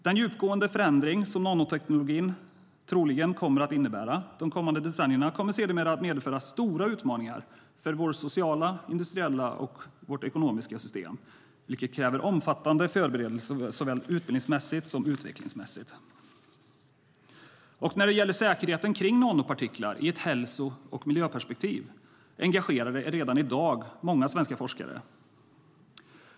Den djupgående förändring som nanotekniken troligen kommer att innebära de kommande decennierna kommer sedermera att medföra stora utmaningar för vårt sociala, industriella och ekonomiska system, vilket kräver omfattande förberedelser såväl utbildningsmässigt som utvecklingsmässigt. När det gäller säkerheten kring nanopartiklar i ett hälso och miljöperspektiv engagerar det redan i dag många svenska forskare.